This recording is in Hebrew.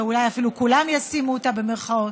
ואולי אפילו כולם ישימו אותה במירכאות.